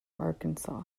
arkansas